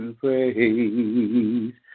praise